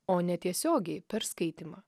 o netiesiogiai per skaitymą